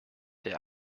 der